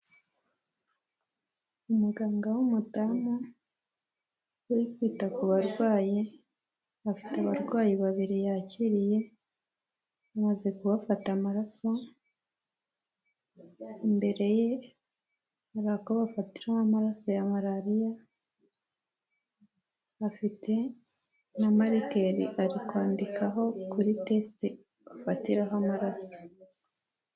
Umuganga w'umudamu uri kwita ku barwayi afite abarwayi babiri yakiriye amaze kubafata amaraso, imbere ye hari ako bafatiraho amaraso ya malariya afite na marikeri ari kwandikaho kuri tesite bafatiraho amaraso.